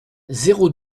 zéro